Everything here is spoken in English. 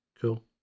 Cool